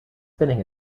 spinning